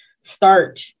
start